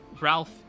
Ralph